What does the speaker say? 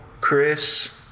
Chris